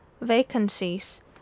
vacancies